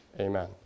Amen